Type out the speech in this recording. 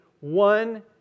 one